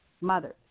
mothers